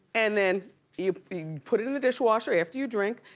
and then you put it in the dishwasher after you drink,